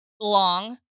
long